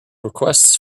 requests